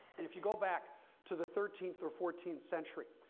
and if you go back to the thirteenth or fourteenth century,